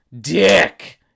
dick